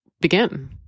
begin